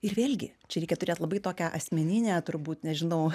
ir vėlgi čia reikia turėt labai tokią asmeninę turbūt nežinau